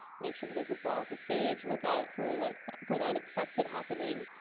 make sure he doesn't fall off the stage, look out for like for the and expected happening.